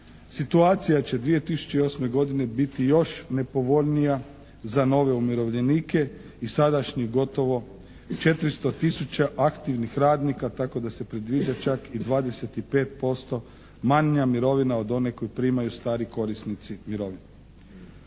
Situacija će 2008. godine biti još nepovoljnija za nove umirovljenike i sadašnji gotovo i 400 tisuća aktivnih radnika tako da se predviđa čak i 25% manja mirovina od one koju primaju stari korisnici mirovina.